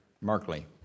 Markley